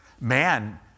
man